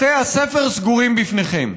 בתי הספר סגורים בפניכם.